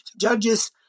judges